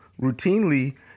routinely